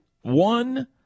One